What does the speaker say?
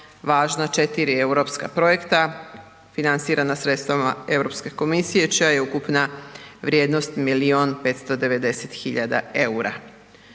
važna 4 europska projekta financirana sredstvima Europske komisije čija je ukupna vrijednost milijun